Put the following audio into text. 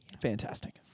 Fantastic